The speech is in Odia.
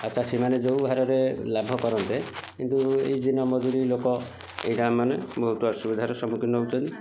ଆଉ ଚାଷୀମାନେ ଯେଉଁ ହାରରେ ଲାଭ କରନ୍ତେ କିନ୍ତୁ ଏଇ ଦିନମଜୁରୀ ଲୋକ ଏଇଟା ଆମେମାନେ ବହୁତ ଅସୁବିଧାର ସମ୍ମୁଖିନ ହେଉଛନ୍ତି